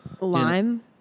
Lime